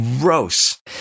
gross